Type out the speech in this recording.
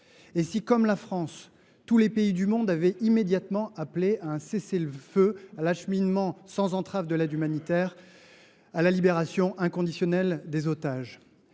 Si, comme la France, tous les pays du monde avaient immédiatement appelé à un cessez le feu, à l’acheminement sans entrave de l’aide humanitaire, à la libération inconditionnelle des otages ;